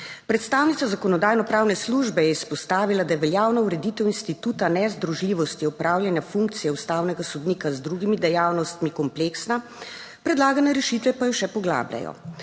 Predstavnica Zakonodajno-pravne službe je izpostavila, da je veljavna ureditev instituta nezdružljivosti opravljanja funkcije ustavnega sodnika z drugimi dejavnostmi kompleksna, predlagane rešitve pa jo še poglabljajo.